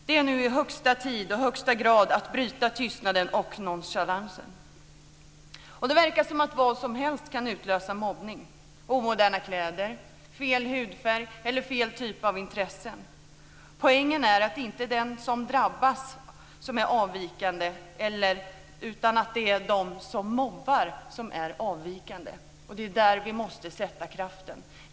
Det är nu hög tid att bryta tystnaden och nonchalansen. Det verkar som om vad som helst kan utlösa mobbning: omoderna kläder, fel hudfärg eller fel typ av intressen. Poängen är att det inte är den som drabbas som är avvikande, utan de som mobbar. Det är där vi måste sätta in kraften.